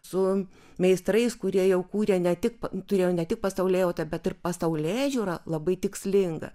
su meistrais kurie jau kūrė ne tik turėjo ne tik pasaulėjautą bet ir pasaulėžiūrą labai tikslingą